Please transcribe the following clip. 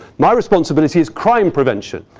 my responsibility is crime prevention.